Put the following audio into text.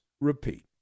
repeat